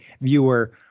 viewer